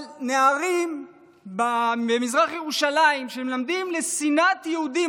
אבל נערים במזרח ירושלים שמלמדים אותם שנאת יהודים,